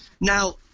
now –